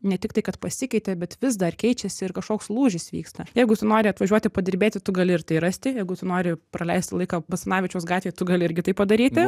ne tiktai kad pasikeitė bet vis dar keičiasi ir kažkoks lūžis vyksta jeigu tu nori atvažiuoti padirbėti tu gali ir tai rasti jeigu tu nori praleisti laiką basanavičiaus gatvėj tu gali irgi tai padaryti